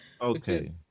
Okay